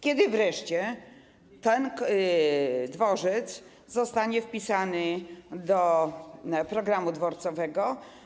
Kiedy wreszcie ten dworzec zostanie wpisany do programu dworcowego?